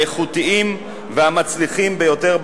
האיכותיים והמצליחים ביותר בעולם,